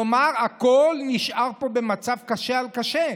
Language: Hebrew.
כלומר, הכול נשאר פה במצב קשה על קשה.